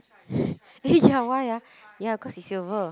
eh ya why ah ya cause is silver